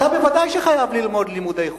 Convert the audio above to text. אתה בוודאי חייב ללמוד לימודי חול.